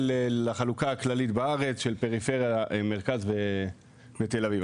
לחלוקה הכללית בארץ של פריפריה מרכז ותל אביב.